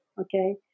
okay